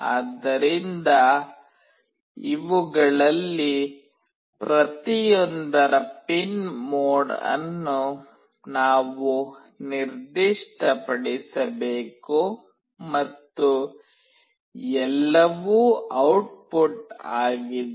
ಆದ್ದರಿಂದ ಇವುಗಳಲ್ಲಿ ಪ್ರತಿಯೊಂದರ ಪಿನ್ ಮೋಡ್ ಅನ್ನು ನಾವು ನಿರ್ದಿಷ್ಟಪಡಿಸಬೇಕು ಮತ್ತು ಎಲ್ಲವೂ ಔಟ್ಪುಟ್ ಆಗಿದೆ